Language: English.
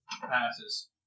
Passes